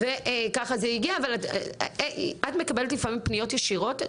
וככה זה הגיע, אבל את מקבלת לפעמים פניות ישירות?